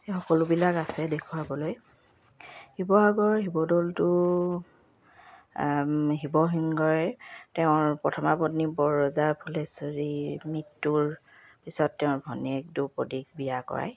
সেই সকলোবিলাক আছে দেখুৱাবলৈ শিৱসাগৰ শিৱদৌলটো শিৱসিংই তেওঁৰ প্ৰথমা পত্নী বৰ ৰজাৰ ফুলেশ্বৰীৰ মৃত্যুৰ পিছত তেওঁৰ ভণীয়েক দুপদীক বিয়া কৰাই